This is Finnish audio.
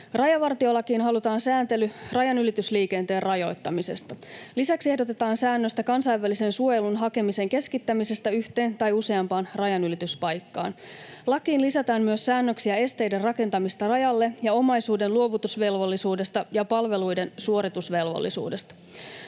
Rajavartiolakiin halutaan sääntely rajanylitysliikenteen rajoittamisesta. Lisäksi ehdotetaan säännöstä kansainvälisen suojelun hakemisen keskittämisestä yhteen tai useampaan rajanylityspaikkaan. Lakiin lisätään myös säännöksiä esteiden rakentamisesta rajalle ja omaisuuden luovutusvelvollisuudesta ja palveluiden suoritusvelvollisuudesta.